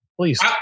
Please